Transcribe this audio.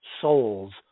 souls